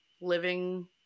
living